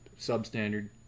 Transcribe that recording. substandard